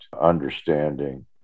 understanding